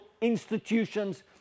institutions